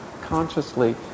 consciously